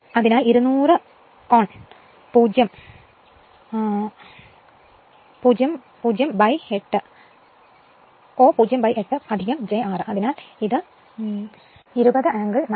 അതിനാൽ 200 angle 0 o 8 j 6 അതിനാൽ ഇത 20 ആംഗിൾ 36